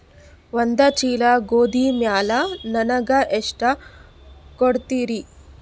ಒಂದ ಚೀಲ ಗೋಧಿ ಮ್ಯಾಲ ನನಗ ಎಷ್ಟ ಕೊಡತೀರಿ?